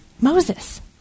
Moses